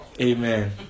Amen